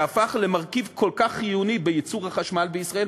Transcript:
שהפך למרכיב כל כך חיוני בייצור החשמל בישראל,